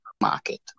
market